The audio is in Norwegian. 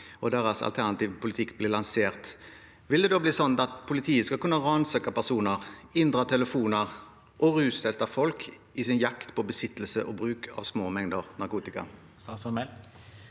og deres alternative politikk blir lansert, vil bli sånn at politiet skal kunne ransake personer, inndra telefoner og rusteste folk i sin jakt på besittelse og bruk av små mengder narkotika? Statsråd